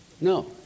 No